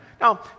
Now